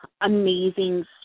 amazing